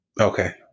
Okay